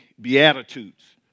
Beatitudes